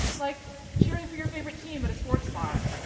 like cheering for your favorite team at a sports bar,